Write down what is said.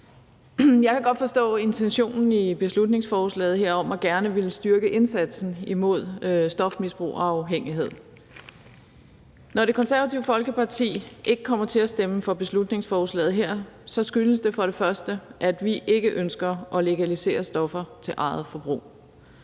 Jeg kan godt forstå intentionen i beslutningsforslaget om gerne at ville styrke indsatsen mod stofmisbrug og afhængighed. Når Det Konservative Folkeparti ikke kommer til at stemme for beslutningsforslaget her, skyldes det for det første, at vi ikke ønsker at legalisere stoffer til eget forbrug.